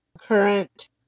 current